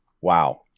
wow